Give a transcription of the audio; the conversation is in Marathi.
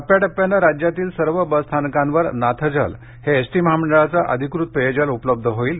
टप्याटप्यानं राज्यातील सर्व बसस्थानकावर नाथजल हे एसटी महामंडळाचं अधिकृत पेयजल उपलब्ध होणार आहे